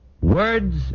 Words